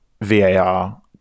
VAR